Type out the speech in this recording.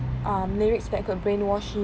uh lyrics that could brainwash you